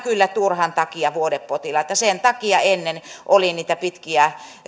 kyllä turhan takia vuodepotilaita sen takia ennen oli niitä pitkiä